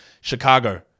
Chicago